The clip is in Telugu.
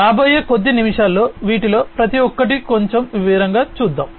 రాబోయే కొద్ది నిమిషాల్లో వీటిలో ప్రతి ఒక్కటి కొంచెం వివరంగా చూద్దాం